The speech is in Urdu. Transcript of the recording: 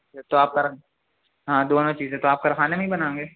تو آپ کا ہاں دونوں چیزیں تو آپ کار خانے میں بنائیں گے